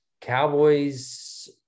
Cowboys